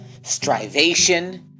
strivation